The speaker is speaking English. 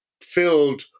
filled